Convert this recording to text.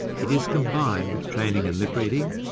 it is combined with training in lipreading,